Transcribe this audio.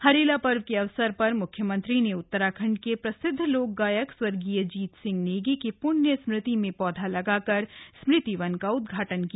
हरेला पर्व के अवसर पर मुख्यमंत्री ने उत्तराखण्ड के प्रसिदध लोकगायक स्वर्गीय जीत सिंह नेगी की पुण्य स्मृति में पौधा लगा कर स्मृति वन का उदघाटन किया